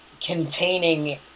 containing